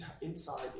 inside